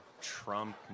trump